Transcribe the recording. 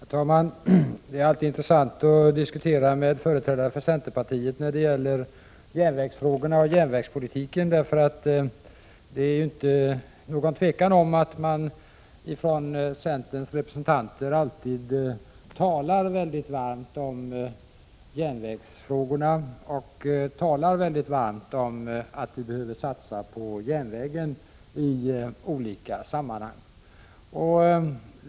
Herr talman! Det är alltid intressant att diskutera järnvägsfrågorna och järnvägspolitiken med företrädare för centerpartiet. Det råder inget tvivel om att centerns representanter alltid talar mycket varmt om järnvägsfrågorna och om att vi behöver satsa på järnvägen i olika sammanhang.